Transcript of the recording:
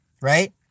Right